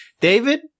David